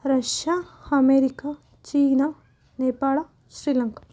Russia America China Nepal Sri Lanka